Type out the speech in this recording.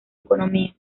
economía